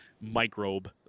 microbe